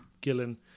Gillen